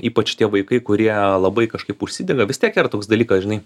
ypač tie vaikai kurie labai kažkaip užsidega vis tiek yra toks dalykas žinai